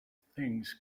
things